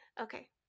okay